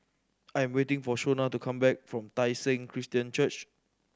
I am waiting for Shona to come back from Tai Seng Christian Church